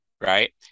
right